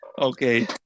Okay